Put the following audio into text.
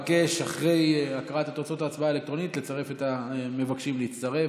אחרי הקראת תוצאות ההצבעה האלקטרונית אני אבקש לצרף את המבקשים להצטרף.